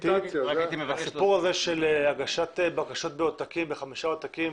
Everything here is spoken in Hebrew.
הסיפור הזה של הגשת בקשות בחמישה עותקים,